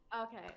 Okay